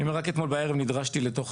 אני אומר רק אתמול בערב נדרשתי לתוך